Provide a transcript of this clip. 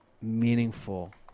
meaningful